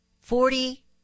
Forty